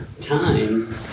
time